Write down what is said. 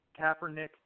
Kaepernick